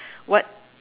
what